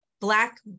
black